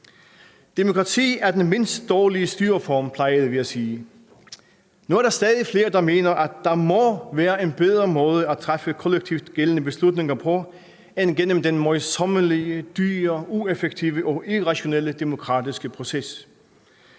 Demokrati er den mindst dårlige styreform, plejede vi at sige. Nu er der stadig flere, der mener, at der må være en bedre måde at træffe kollektivt gældende beslutninger på end gennem den møjsommelige, dyre, ueffektive og irrationelle demokratiske proces.